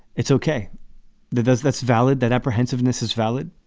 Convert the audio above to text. it's ok that that's that's valid, that apprehensive ness is valid,